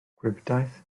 gwibdaith